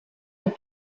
des